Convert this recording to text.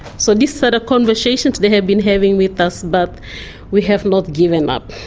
so these sort of conversations they have been having with us, but we have not given up,